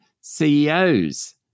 CEOs